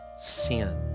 sin